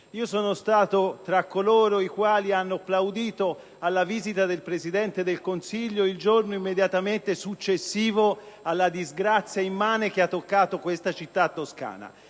Sono stato tra coloro i quali hanno plaudito alla visita del Presidente del Consiglio il giorno immediatamente successivo alla disgrazia immane che ha colpito questa città toscana.